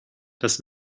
das